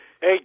Hey